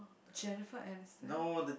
Jennifer-Anison